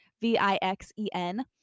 V-I-X-E-N